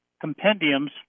compendiums